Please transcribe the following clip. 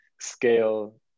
scale